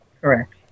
Correct